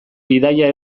bidaia